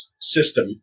system